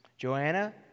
Joanna